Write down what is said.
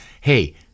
Hey